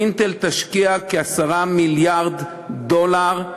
"אינטל" תשקיע כ-10 מיליארד דולר,